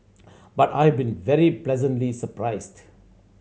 but I've been very pleasantly surprised